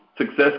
success